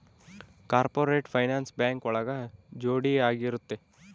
corporate finance bank ಒಳಗ ಜೋಡಿ ಆಗಿರುತ್ತೆ